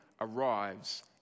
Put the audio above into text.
arrives